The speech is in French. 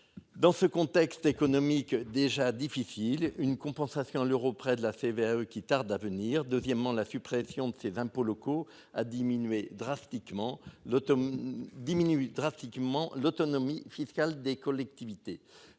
Dans ce contexte économique déjà difficile une compensation à l'euro près de la CVAE qui tarde à venir. Deuxièmement, la suppression de ses impôts locaux à diminuer drastiquement l'automne diminue drastiquement